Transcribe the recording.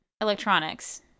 electronics